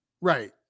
Right